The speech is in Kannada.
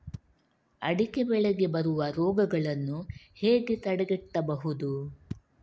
ಅಡಿಕೆ ಬೆಳೆಗೆ ಬರುವ ರೋಗಗಳನ್ನು ಹೇಗೆ ತಡೆಗಟ್ಟಬಹುದು?